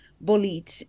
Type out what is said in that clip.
bullied